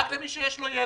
רק למי שיש לו ילד.